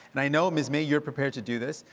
and i know, ms. may, you're prepared to do this,